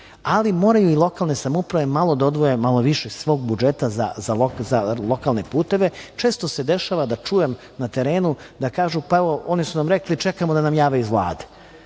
moraju i lokalne samouprave da odvoje malo više svog budžeta za lokalne puteve. Često se dešava da čujem na terenu da kažu – pa evo, oni su nam rekli: „Čekamo da nam jave iz Vlade“.